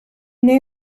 new